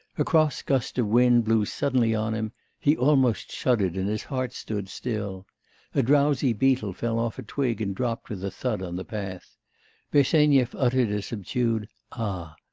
a cross gust of wind blew suddenly on him he almost shuddered, and his heart stood still a drowsy beetle fell off a twig and dropped with a thud on the path bersenyev uttered a subdued ah!